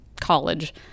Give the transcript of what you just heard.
college